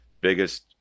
biggest